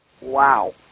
Wow